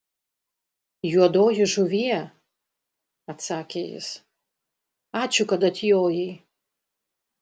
juodoji žuvie atsakė jis ačiū kad atjojai